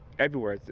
everywhere.